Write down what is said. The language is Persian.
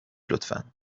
لطفا